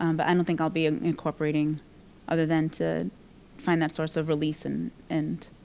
um but i don't think i'll be incorporating other than to find that source of release and and